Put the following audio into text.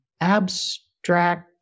abstract